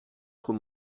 trop